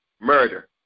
murder